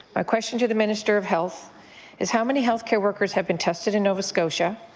my question to the minister of health is how many health care workers have been tested in nova scotia?